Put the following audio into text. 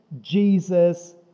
Jesus